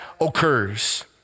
occurs